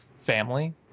family